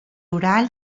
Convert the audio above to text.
rural